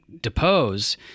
depose